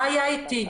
מה יהיה איתי.